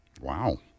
Wow